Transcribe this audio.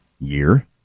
year